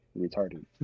retarded